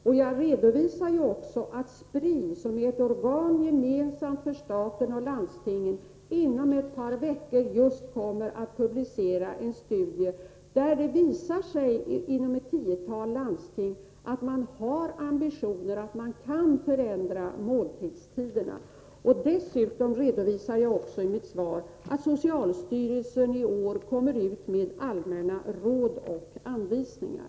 Vidare redovisar jag att Spri, som är ett organ gemensamt för staten och landstingen, inom ett par veckor just kommer att publicera en studie avseende ett tiotal landsting, av vilken framgår att man där har ambitioner och att man kan förändra mattiderna. Dessutom redovisar jag i mitt svar att socialstyrelsen i år kommer ut med allmänna råd och anvisningar.